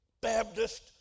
Baptist